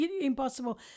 impossible